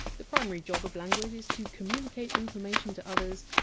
the primary job of language is to communicate information to others,